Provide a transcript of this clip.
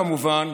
כמובן,